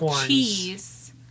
cheese